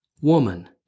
Woman